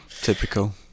Typical